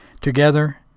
Together